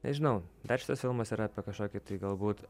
nežinau dar šitas filmas yra apie kažkokį tai galbūt